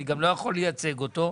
אני גם לא יכול לייצג אותו,